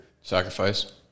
Sacrifice